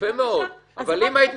ההפך, אדוני.